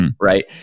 right